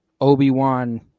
Obi-Wan